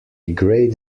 great